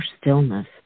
stillness